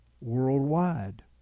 worldwide